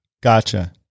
Gotcha